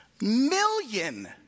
million